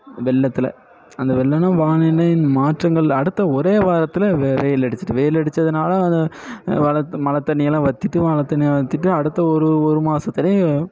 வெள்ளத்தில் அந்த வெள்ளம் தான் வானிலை மாற்றங்கள் அடுத்த ஒரே வாரத்தில் வெ வெயில் அடிச்சிட்டு வெயில் அடிச்சதனால அந்த மழை மழை தண்ணியெல்லாம் வத்திட்டு மழை தண்ணி வத்திட்டு அடுத்த ஒரு ஒரு மாசத்தில்